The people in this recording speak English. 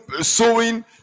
sowing